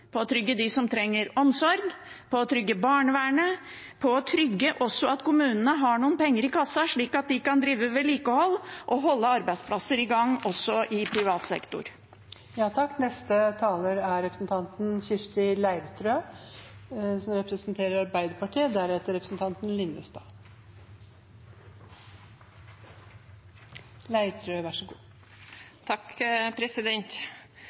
på å trygge dem som trenger omsorg, på å trygge barnevernet og også på å trygge at kommunene har noen penger i kassa, slik at de kan drive vedlikehold og holde arbeidsplasser i gang også i privat sektor. Langt på overtid har vi omsider fått et forlik. Det som